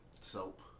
Soap